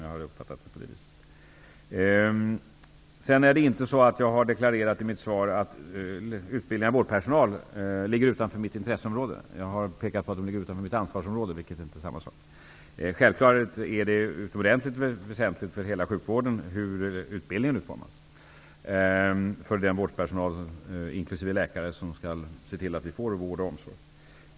Jag har inte deklarerat i mitt svar att utbildningen av vårdpersonal ligger utanför mitt intresseområde. Jag har pekat på att utbildningen ligger utanför mitt ansvarsområde, vilket inte är samma sak. Självklart är det utomordentligt väsentligt för hela sjukvården hur utbildningen utformas för den vårdpersonal, inkl. läkare, som skall se till att vi får vård och omsorg.